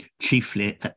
chiefly